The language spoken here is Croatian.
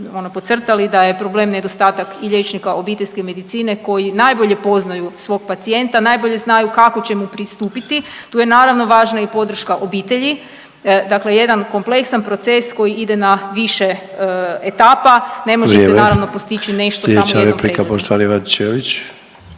podcrtali da je problem nedostatak i liječnika obiteljske medicine koji najbolje poznaju svog pacijenta, najbolje znaju kako će mu pristupiti, tu je naravno važna i podrška obitelji, dakle jedan kompleksan proces koji ide na više etapa…/Upadica Sanader: Vrijeme/…ne možete naravno postići nešto samo na jednom pregledu.